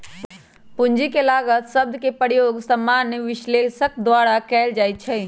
पूंजी के लागत शब्द के प्रयोग सामान्य विश्लेषक द्वारा कएल जाइ छइ